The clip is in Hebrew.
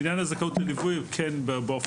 בעניין הזכאות לליווי כן.